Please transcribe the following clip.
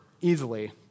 easily